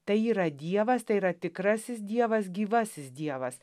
tai yra dievas tai yra tikrasis dievas gyvasis dievas